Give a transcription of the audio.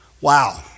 Wow